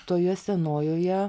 toje senojoje